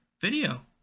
video